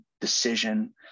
decision